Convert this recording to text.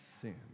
sin